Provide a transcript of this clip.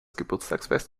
geburtstagsfest